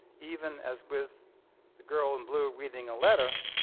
even as with the girl in blue reading a letter,